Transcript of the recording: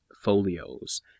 folios